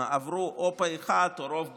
ועברו או פה אחד או ברוב גורף.